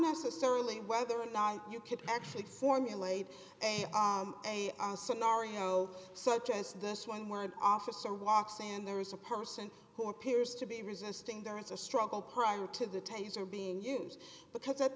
necessarily whether or not you could actually formulate an ai scenario such as this one where an officer walks and there is a person who appears to be resisting there is a struggle prior to the taser being used because at